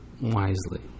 wisely